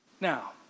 Now